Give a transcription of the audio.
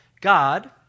God